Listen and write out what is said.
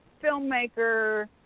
filmmaker